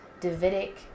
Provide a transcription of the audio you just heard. Davidic